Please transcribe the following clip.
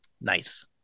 nice